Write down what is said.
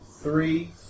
three